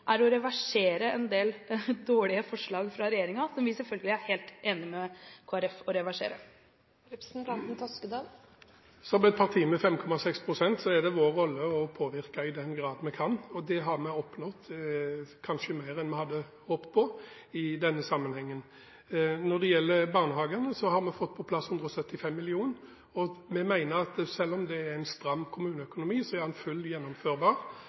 er å reversere en del dårlige forslag fra regjeringen – som vi selvfølgelig er helt enig med Kristelig Folkeparti om å reversere? Som et parti med 5,6 pst. oppslutning er det vår rolle å påvirke i den grad vi kan, og det har vi oppnådd – kanskje mer enn vi hadde håpet på i denne sammenhengen. Når det gjelder barnehagene, har vi fått på plass 175 mill. kr, og vi mener at selv om det er en stram kommuneøkonomi, er den fullt ut gjennomførbar.